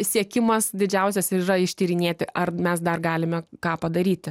siekimas didžiausias ir yra ištyrinėti ar mes dar galime ką padaryti